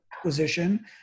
acquisition